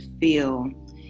feel